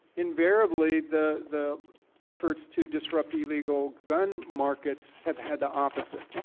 invariably, the the efforts to disrupt illegal gun markets have had the opposite.